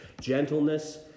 gentleness